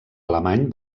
alemany